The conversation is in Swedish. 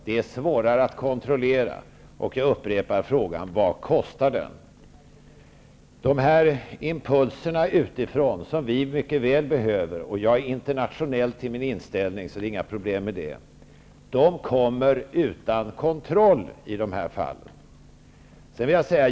Den är svårare att kontrollera. Jag upprepar min fråga: De impulser utifrån som vi så väl behöver -- jag är själv internationell till min inställning, så det är inga problem med det -- kommer i de här fallen utan kontroll.